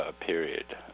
period